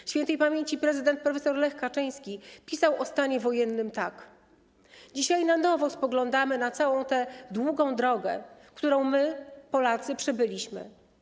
Śp. prezydent prof. Lech Kaczyński pisał o stanie wojennym tak: „Dzisiaj na nowo spoglądamy na całą tę długą drogę, którą my, Polacy, przebyliśmy.